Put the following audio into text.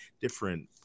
different